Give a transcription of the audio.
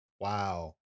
Wow